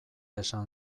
esan